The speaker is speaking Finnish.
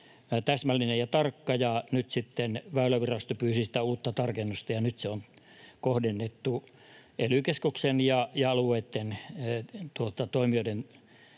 täsmällinen ja tarkka. Nyt sitten Väylävirasto pyysi uutta tarkennusta, ja nyt se on kohdennettu ely-keskuksen ja alueitten toimijoiden